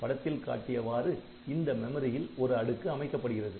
படத்தில் காட்டியவாறு இந்த மெமரியில் ஒரு அடுக்கு அமைக்கப்படுகிறது